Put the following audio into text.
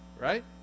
right